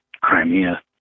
Crimea